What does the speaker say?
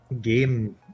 game